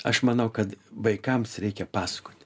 aš manau kad vaikams reikia pasakoti